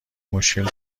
مشکل